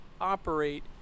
operate